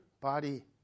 body